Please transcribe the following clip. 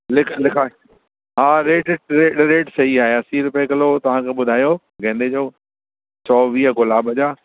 लिख लिखा हा रेट रेट रेट सई आहे असी रुपए किलो तव्हां ॿुधायो गेंदे जो सौ वीह गुलाब जा